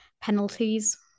penalties